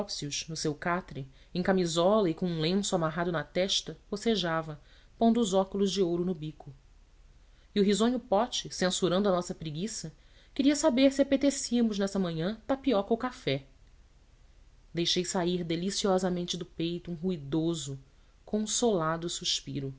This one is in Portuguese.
topsius no seu catre em camisola e com um lenço amarrado na testa bocejava pondo os óculos de ouro no bico e o risonho pote censurando a nossa preguiça queria saber se apetecíamos nessa manhã tapioca ou café deixei sair deliciosamente do peito um ruidoso consolado suspiro